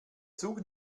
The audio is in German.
zug